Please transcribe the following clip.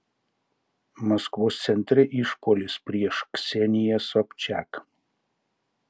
maskvos centre išpuolis prieš kseniją sobčiak